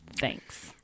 Thanks